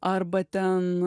arba ten